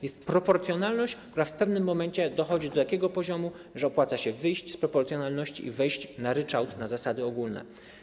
Jest proporcjonalność, która w pewnym momencie dochodzi do takiego poziomu, że opłaca się wyjść z proporcjonalności i wejść na ryczałt na zasadach ogólnych.